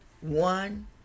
One